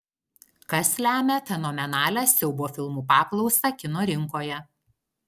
kas lemia fenomenalią siaubo filmų paklausą kino rinkoje